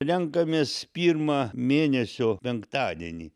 renkamės pirmą mėnesio penktadienį